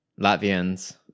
Latvians